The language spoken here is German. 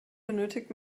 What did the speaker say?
benötigt